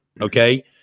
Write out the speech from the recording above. Okay